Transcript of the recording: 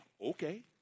Okay